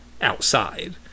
outside